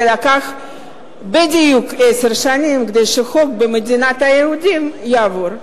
זה לקח בדיוק עשר שנים כדי שחוק במדינת היהודים יעבור.